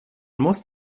muss